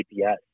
GPS